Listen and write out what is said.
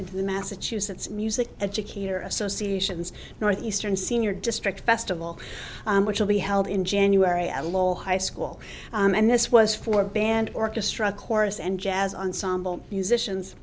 into the massachusetts music educator association northeastern senior district festival which will be held in january a low high school and this was for band orchestra chorus and jazz ensemble musicians